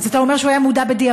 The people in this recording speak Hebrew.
אז אתה אומר שהוא היה מודע בדיעבד,